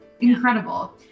incredible